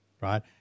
Right